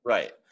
Right